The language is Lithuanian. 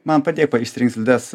man padėk išsirinkt slides